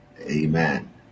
Amen